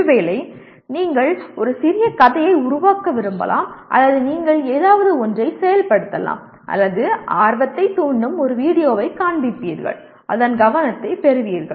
ஒருவேளை நீங்கள் ஒரு சிறிய கதையை உருவாக்க விரும்பலாம் அல்லது நீங்கள் ஏதாவது ஒன்றைச் செயல்படுத்தலாம் அல்லது ஆர்வத்தைத் தூண்டும் ஒரு வீடியோவைக் காண்பிப்பீர்கள் அதன் கவனத்தைப் பெறுவீர்கள்